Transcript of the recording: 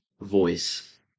voice